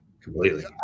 completely